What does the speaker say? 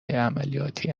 عملیاتی